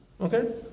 Okay